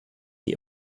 die